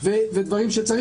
שריון מעמד היועמ"שים,